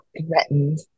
threatened